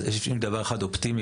אז אם יש דבר אחד אופטימי,